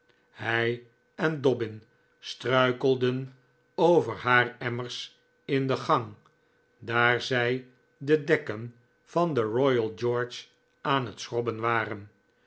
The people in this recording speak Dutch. hij en dobbin struikelden over haar emmers in de gang daar zij de dekken van de royal george aan het schrobben waren